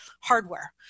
hardware